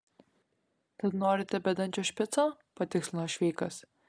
tad norite bedančio špico patikslino šveikas